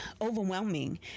overwhelming